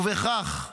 ובכך לגלגל,